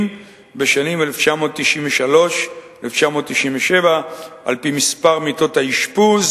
בשנים 1993 ו-1997 על-פי מספר מיטות האשפוז,